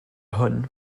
hwn